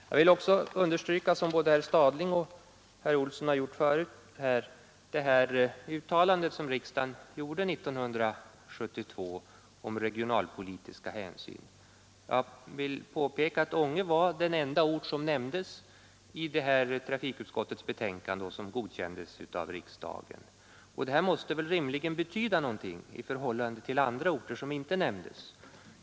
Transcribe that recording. Jag vill också understryka, som både herr Stadling och herr Olsson har gjort förut, det uttalande som riksdagen gjorde 1972 om regionalpolitiska hänsyn. Och jag vill påpeka att Ånge var den enda ort som nämndes i trafikutskottets betänkande vilket godkändes av riksdagen. Det måste rimligen betyda någonting för Ånges del i förhållandet till andra orter som inte nämndes.